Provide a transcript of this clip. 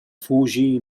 فوجي